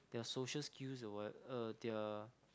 their social skills the what uh their